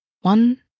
One